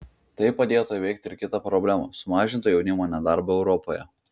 tai padėtų įveikti ir kitą problemą sumažintų jaunimo nedarbą europoje